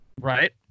Right